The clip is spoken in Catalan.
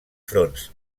fronts